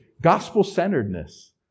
Gospel-centeredness